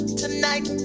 tonight